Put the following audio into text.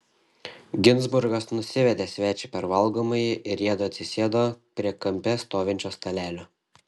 ginzburgas nusivedė svečią per valgomąjį ir jiedu atsisėdo prie kampe stovinčio stalelio